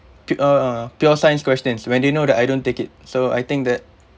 pu~ ah pure science questions when they know that I don't take it so I think that